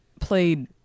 played